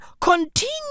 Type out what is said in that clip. continue